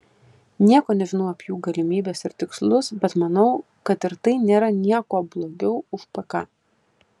nieko nežinau apie jų galimybes ir tikslus bet manau kad ir tai nėra niekuo blogiau už pk